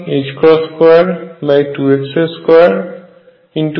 E